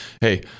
hey